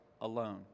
alone